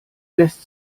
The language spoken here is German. lässt